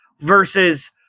versus